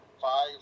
five